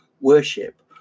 worship